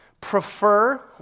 prefer